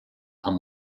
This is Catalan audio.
amb